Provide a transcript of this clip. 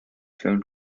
phone